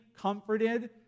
comforted